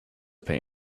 pay